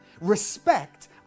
respect